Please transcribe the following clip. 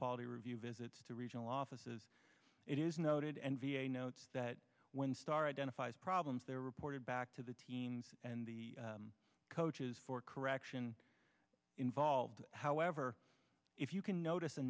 quality review visits to regional offices it is noted and v a notes that when star identifies problems they reported back to the teams and the coaches for correction involved however if you can notice a